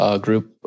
group